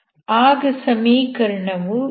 ಆಗ ಸಮೀಕರಣವು ಈ ರೀತಿಯಾಗಿ ಸಿಗುತ್ತದೆ